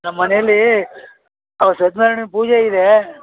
ನಮ್ಮ ಮನೆಯಲ್ಲಿ ಅವತ್ತು ಸತ್ನಾರಾಯಣನ ಪೂಜೆಯಿದೆ